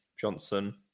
Johnson